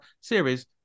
series